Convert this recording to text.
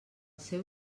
seu